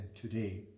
today